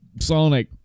Sonic